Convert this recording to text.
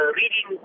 reading